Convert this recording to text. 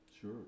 Sure